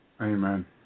Amen